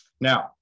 Now